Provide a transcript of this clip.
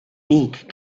beak